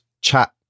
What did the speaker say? chat